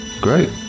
great